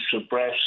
suppress